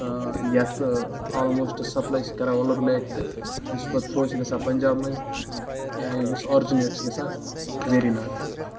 یَتھ almost supply چھِ کَران وَلُر لیک تہِ یُس پَتہٕ تھرٛوٗ چھِ گژھان پَنجاب مٔنٛزۍ یا یُس آرجِنیٹ چھِ گژھان ویری ناگ